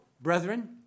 brethren